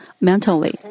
mentally